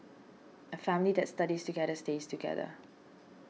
a family that studies together stays together